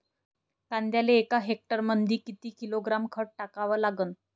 कांद्याले एका हेक्टरमंदी किती किलोग्रॅम खत टाकावं लागन?